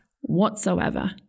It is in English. whatsoever